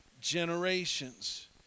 generations